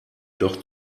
doch